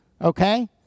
okay